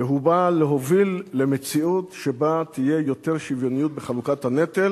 והוא בא להוביל למציאות שבה תהיה יותר שוויוניות בחלוקת הנטל